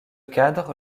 cadre